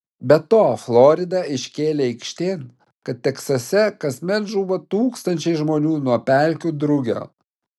be to florida iškėlė aikštėn kad teksase kasmet žūva tūkstančiai žmonių nuo pelkių drugio